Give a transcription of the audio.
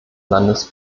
landes